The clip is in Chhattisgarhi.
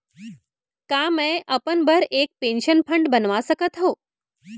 का मैं अपन बर एक पेंशन फण्ड बनवा सकत हो?